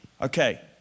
Okay